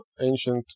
ancient